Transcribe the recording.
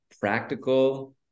practical